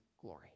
glory